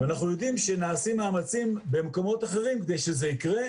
ואנחנו יודעים שנעשים מאמצים במקומות אחרים כדי שזה יקרה.